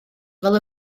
fel